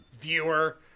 viewer